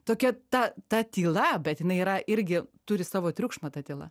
tokia ta ta tyla bet jinai yra irgi turi savo triukšmą ta tyla